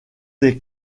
est